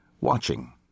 watching